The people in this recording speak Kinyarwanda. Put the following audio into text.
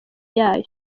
yayo